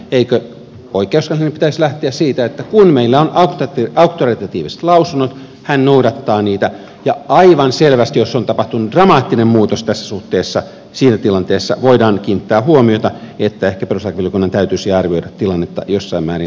eikö oikeuskanslerin pitäisi lähteä siitä että kun meillä on auktoritatiiviset lausunnot hän noudattaa niitä ja aivan selvästi jos on tapahtunut dramaattinen muutos tässä suhteessa siinä tilanteessa voidaan kiinnittää huomiota että ehkä perustuslakivaliokunnan täytyisi arvioida tilannetta jossain määrin uudestaan